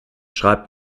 schreibt